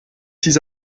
six